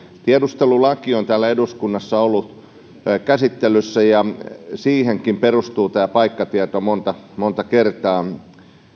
tiedustelulaki on täällä eduskunnassa ollut käsittelyssä ja sekin perustuu tähän paikkatietoon monta monta kertaa